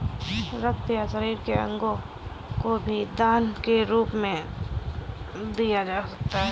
रक्त या शरीर के अंगों को भी दान के रूप में दिया जा सकता है